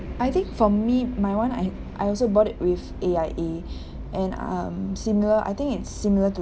I think for me my [one] I I also bought it with A_I_A and um similar I think it's similar to